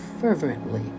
fervently